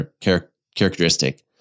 characteristic